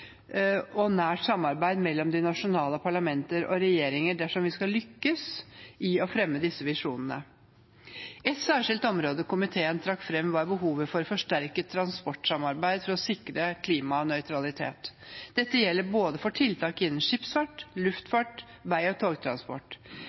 og nært samarbeid mellom de nasjonale parlamenter og regjeringer dersom vi skal lykkes i å fremme disse visjonene. Ett særskilt område komiteen trakk fram, var behovet for et forsterket transportsamarbeid for å sikre klimanøytralitet. Dette gjelder for tiltak innenfor både skipsfart,